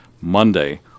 Monday